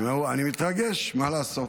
תשמעו, אני מתרגש, מה לעשות,